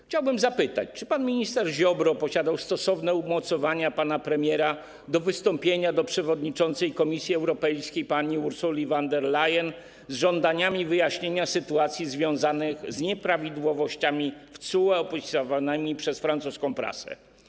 Chciałbym zapytać, czy pan minister Ziobro posiadał stosowne umocowania pana premiera do wystąpienia do przewodniczącej Komisji Europejskiej pani Ursuli von der Leyen z żądaniami wyjaśnienia sytuacji związanych z nieprawidłowościami w TSUE opisywanymi przez francuską prasę?